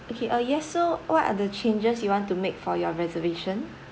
okay uh yes so what are the changes you want to make for your reservation